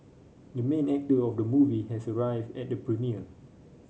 the main actor of the movie has arrived at the premiere